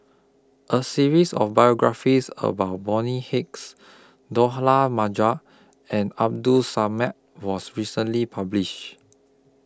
A series of biographies about Bonny Hicks Majid and Abdul Samad was recently published